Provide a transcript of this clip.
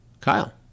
Kyle